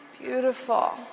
Beautiful